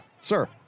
Sir